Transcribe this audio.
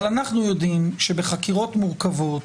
אבל אנחנו יודעים שבחקירות מורכבות,